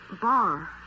bar